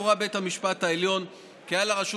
הורה בית המשפט העליון כי על הרשות